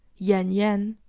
yan-yan,